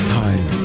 time